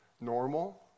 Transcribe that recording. normal